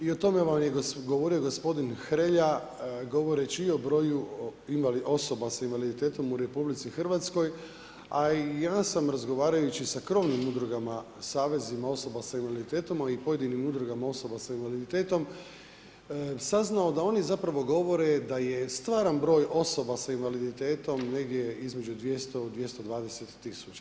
I o tome vam je govorio gospodin Hrelja govoreći i o broju osoba s invaliditetom u RH, a i ja sam razgovarajući sa krovnim udrugama savezima osoba sa invaliditetom pa i pojedinim udrugama osoba sa invaliditetom saznao da oni zapravo govore da je stvaran broj osoba sa invaliditetom negdje između 200, 220 tisuća.